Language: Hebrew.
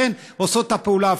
ולכן עושות את הפעולה ההפוכה.